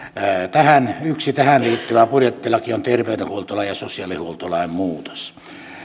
yksi tähän liittyvä budjettilaki on terveydenhuoltolain ja sosiaalihuoltolain muutos